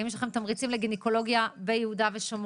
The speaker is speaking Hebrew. האם יש תמריצים לגניקולוגיה ביו"ש?